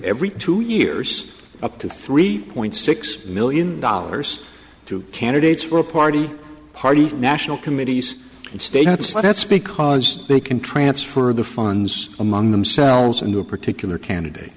every two years up to three point six million dollars to candidates for party parties national committees and state that's that's because they can transfer the funds among themselves and to a particular candidate